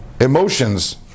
emotions